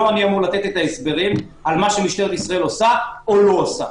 לא אני אמור לתת את ההסברים על מה שמשטרת ישראל עושה או לא עושה.